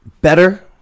better